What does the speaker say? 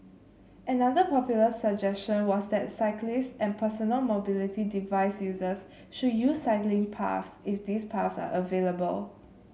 another popular suggestion was that cyclists and personal mobility device users should use cycling paths if these paths are available